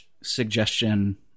suggestion